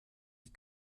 die